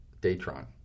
Datron